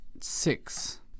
Six